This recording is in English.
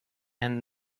and